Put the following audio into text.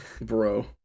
Bro